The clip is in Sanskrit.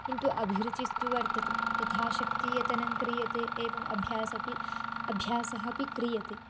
किन्तु अभिरुचिस्तु वर्तते यथा शक्तिः यतनं क्रियते एवम् अभ्यासः अपि अभ्यासः अपि क्रियते